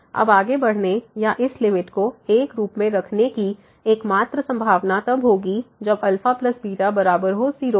अब आगे बढ़ने या इस लिमिट को 1 के रूप में रखने की एकमात्र संभावना तब होगी जब αβ बराबर हो 0 के